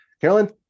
Carolyn